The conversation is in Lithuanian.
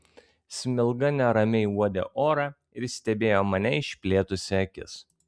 smilga neramiai uodė orą ir stebėjo mane išplėtusi akis